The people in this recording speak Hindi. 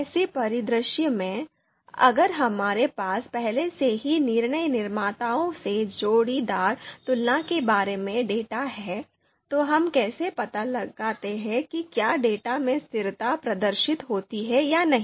ऐसे परिदृश्य में अगर हमारे पास पहले से ही निर्णय निर्माताओं से जोड़ीदार तुलना के बारे में डेटा है तो हम कैसे पता लगाते हैं कि क्या डेटा में स्थिरता प्रदर्शित होती है या नहीं